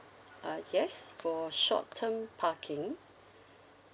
uh yes for short term parking